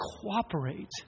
cooperate